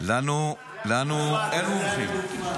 לנו אין רופאים.